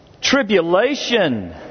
tribulation